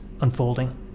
unfolding